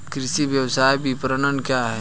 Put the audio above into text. कृषि व्यवसाय विपणन क्या है?